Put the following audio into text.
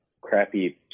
crappy